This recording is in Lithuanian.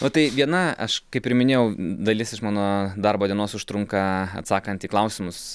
o tai viena aš kaip ir minėjau dalis iš mano darbo dienos užtrunka atsakant į klausimus